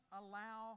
allow